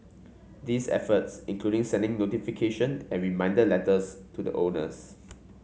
these efforts include sending notification and reminder letters to the owners